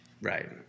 Right